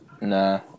Nah